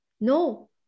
No